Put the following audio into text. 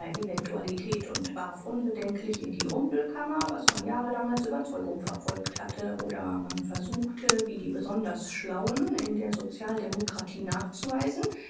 eventualität u warf unbedenklich in die rumpelkammer was man jahrelang als überzeugung verfochten hatte oder man versuchte wie die besonders schlauen in der sozialdemokratie nachzuweisen